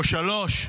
או שלוש: